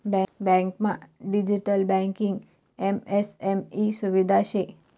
बँकमा digital banking MSME सुविधा शे